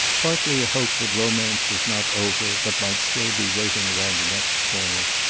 partly a hope that romance was not over but might still be waiting around the next corner,